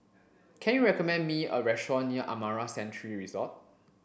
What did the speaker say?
can you recommend me a restaurant near Amara Sanctuary Resort